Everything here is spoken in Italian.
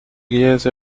chiese